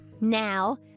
Now